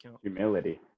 Humility